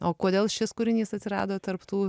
o kodėl šis kūrinys atsirado tarp tų